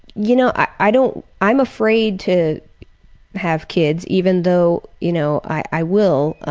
you know, i don't i'm afraid to have kids, even though, you know, i will,